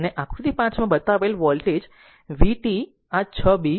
અને આકૃતિ 5 માં બતાવેલ વોલ્ટેજ વી t આ 6 બી